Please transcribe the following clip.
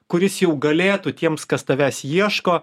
kuris jau galėtų tiems kas tavęs ieško